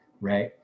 right